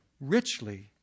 richly